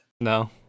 no